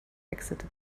exited